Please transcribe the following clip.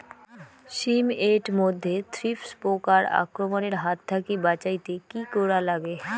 শিম এট মধ্যে থ্রিপ্স পোকার আক্রমণের হাত থাকি বাঁচাইতে কি করা লাগে?